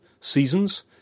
seasons